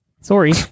Sorry